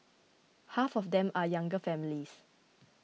half of them are younger families